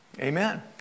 Amen